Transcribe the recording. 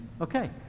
okay